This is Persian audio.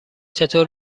چطور